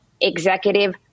executive